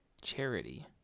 charity